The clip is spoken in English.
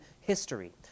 history